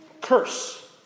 Curse